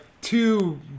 two